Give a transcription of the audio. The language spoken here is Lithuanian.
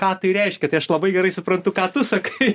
ką tai reiškia tai aš labai gerai suprantu ką tu sakai